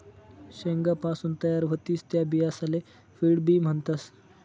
शेंगासपासून तयार व्हतीस त्या बियासले फील्ड बी म्हणतस